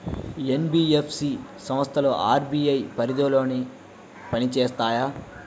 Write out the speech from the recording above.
NBFC సంస్థలు RBI పరిధిలోనే పని చేస్తాయా?